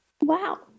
Wow